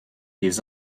des